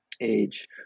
age